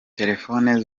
telephone